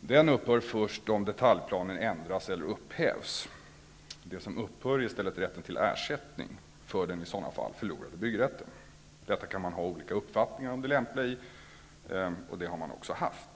Den upphör först om detaljplanen ändras eller upphävs. Det som upphör är i stället rätten till ersättning för den i sådana fall förlorade byggrätten. Man kan ha olika uppfattningar om det lämpliga i detta, och det har man också haft.